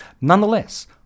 Nonetheless